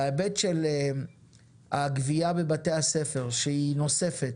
בהיבט של הגבייה בבתי הספר שהיא נוספת,